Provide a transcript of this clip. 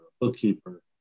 bookkeeper